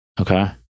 Okay